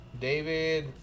David